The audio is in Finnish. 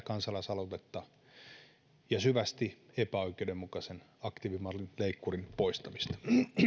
kansalaisaloitetta ja syvästi epäoikeudenmukaisen aktiivimallin leikkurin poistamista